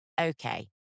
Okay